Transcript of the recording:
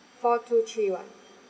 four two three one